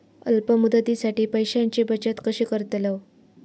अल्प मुदतीसाठी पैशांची बचत कशी करतलव?